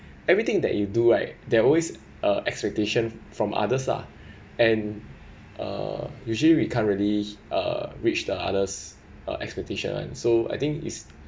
everything that you do right there are always expectation from others ah and uh usually we can't really uh reached the others uh expectation and so I think is